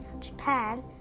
Japan